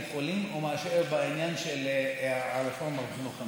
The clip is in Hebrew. חולים או בעניין של הרפורמה בחינוך המיוחד.